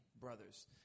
brothers